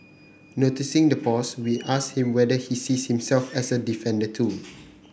noticing the pause we asked him whether he sees himself as a defender too